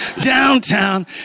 downtown